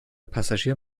passagier